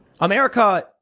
America